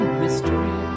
mystery